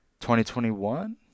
2021